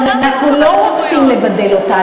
אבל אנחנו לא רוצים לבדל אותה.